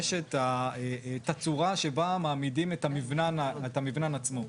יש את התצורה שבה מעמידים את הבניין עצמו.